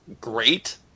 great